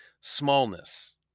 smallness